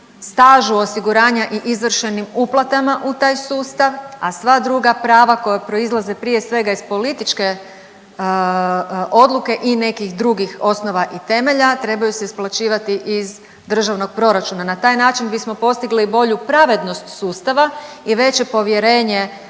stažu osiguranja i izvršenim uplatama u taj sustav, a sva druga prava koja proizlaze prije svega iz političke odluke i nekih drugih osnova i temelja trebaju se isplaćivati iz državnog proračuna. Na taj način bismo postigli i bolju pravednost sustava i veće povjerenje